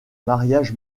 mariage